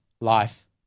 life